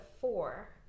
four